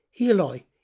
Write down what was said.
eloi